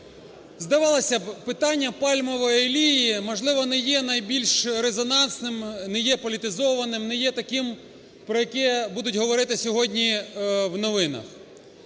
Здавалося б, питання пальмової олії, можливо, не є найбільш резонансним, не є політизованим, не є таким, про яке будуть говорити сьогодні в новинах.